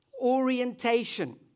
orientation